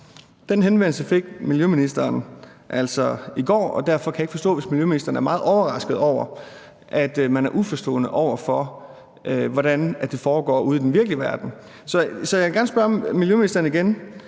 Den henvendelse fik miljøministeren altså i går, og derfor kan jeg ikke forstå, at miljøministeren er meget overrasket over, at man er uforstående over for, hvordan det foregår ude i den virkelige verden. Så jeg vil gerne spørge miljøministeren igen.